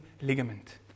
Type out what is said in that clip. ligament